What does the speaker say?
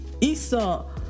Esau